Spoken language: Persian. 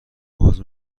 باز